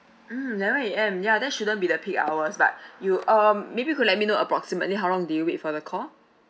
mm eleven A_M ya that shouldn't be the peak hours but you um maybe you could let me know approximately how long did you wait for the call